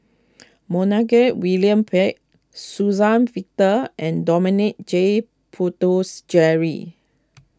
William Pett Suzann Victor and Dominic J